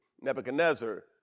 Nebuchadnezzar